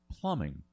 plumbing